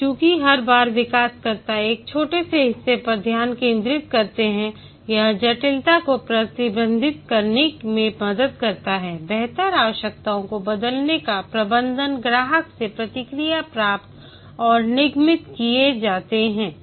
और चूंकि हर बार विकासकर्ता एक छोटे से हिस्से पर ध्यान केंद्रित करते हैं यह जटिलता को प्रबंधित करने में मदद करता है बेहतर आवश्यकताओं को बदलने का प्रबंधन ग्राहक से प्रतिक्रिया प्राप्त और निगमित किए जाते हैं